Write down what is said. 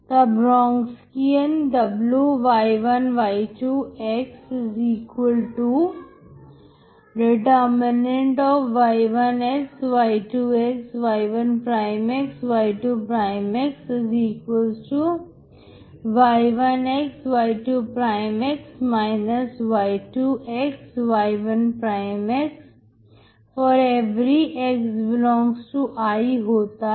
तब Wronskian Wy1y2x ∶ y1x y2x y1x y2x y1xy2x y2xy1x ∀x∈I होता है